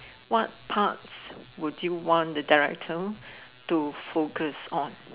what parts would you want directly so to focus on